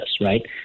right